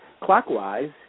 clockwise